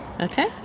okay